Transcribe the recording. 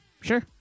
Sure